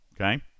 Okay